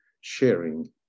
sharing